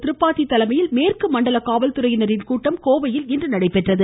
திரிபாதி தலைமையில் மேற்கு மண்டல காவல்துறையினர் கூட்டம் கோவையில் இன்று நடைபெற்றது